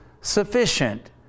sufficient